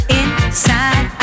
inside